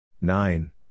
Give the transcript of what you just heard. Nine